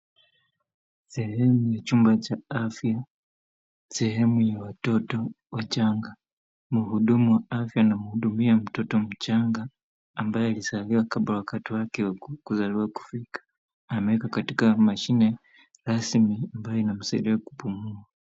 Sehemu ya chumba cha afya, sehemu ya watoto wachanga. Mhudumu wa afya anamhudumia mtoto mchanga ambaye alizaliwa kabla ya wakati wake kuzaliwa kufika. Amewekwa katika mashine rasmi ambayo inamsaidia kupumua.